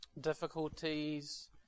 difficulties